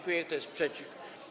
Kto jest przeciw?